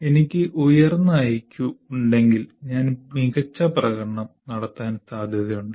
എനിക്ക് ഉയർന്ന ഐക്യു ഉണ്ടെങ്കിൽ ഞാൻ മികച്ച പ്രകടനം നടത്താൻ സാധ്യതയുണ്ട്